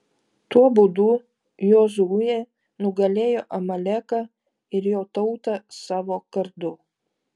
tuo būdu jozuė nugalėjo amaleką ir jo tautą savo kardu